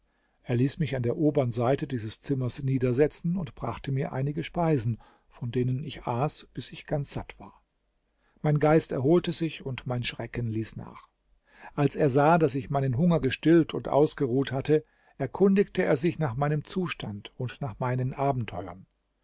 er ließ mich an der obern seite dieses zimmers niedersetzen und brachte mir einige speisen von denen ich aß bis ich ganz satt war mein geist erholte sich und mein schrecken ließ nach als er sah daß ich meinen hunger gestillt und ausgeruht hatte erkundigte er sich nach meinem zustand und nach meinen abenteuern